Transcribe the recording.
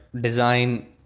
design